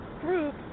group